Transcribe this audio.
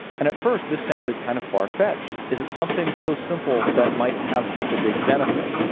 and at first this sounded kind of far-fetched. is it something so simple that might have such a big benefit?